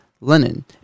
Lenin